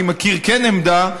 אני מכיר עמדה,